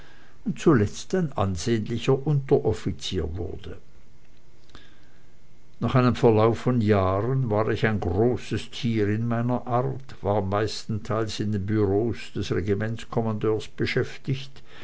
zuletzt ein ansehnlicher unteroffizier wurde nach einem verlauf von jahren war ich ein großes tier in meiner art war meistenteils in den bureaus des regimentskommandeurs beschäftigt